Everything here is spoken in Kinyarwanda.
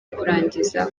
kurangiza